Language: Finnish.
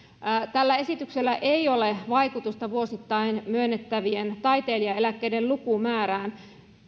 tällä esityksellä ei ole vaikutusta vuosittain myönnettävien taiteilijaeläkkeiden lukumäärään